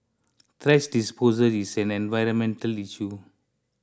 thrash disposal is an environmental issue